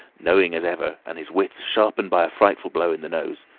knowing as ever and his wits sharpened by a frightful blow in the nose,